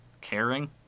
caring